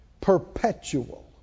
perpetual